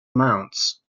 amounts